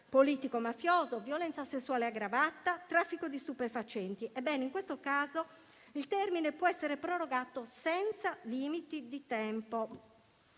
politico-mafioso, violenza sessuale aggravata e traffico di stupefacenti. In questi casi il termine può essere prorogato senza limiti di tempo.